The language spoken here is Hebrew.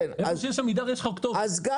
כשיש עמידר, יש לך כתובת.